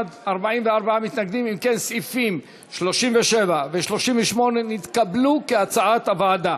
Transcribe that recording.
סעיפים 37 ו-38 נתקבלו, כהצעת הוועדה.